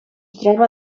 troba